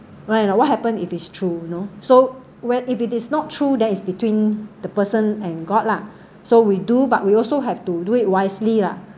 well you know what happen if it's true you know so well if it is not true then it's between the person and god lah so we do but we also have to do it wisely